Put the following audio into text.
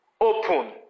open